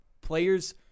Players